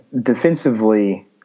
defensively